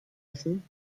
essen